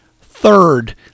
Third